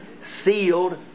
sealed